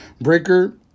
Breaker